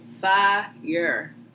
fire